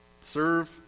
Serve